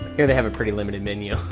here, they have a pretty limited menu.